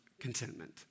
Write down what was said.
contentment